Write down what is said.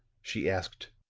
she asked